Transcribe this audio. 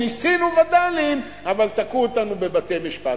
ניסינו וד"לים אבל תקעו אותנו בבתי-משפט.